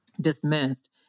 dismissed